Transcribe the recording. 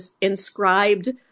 inscribed